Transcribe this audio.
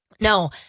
No